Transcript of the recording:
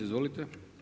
Izvolite.